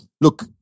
Look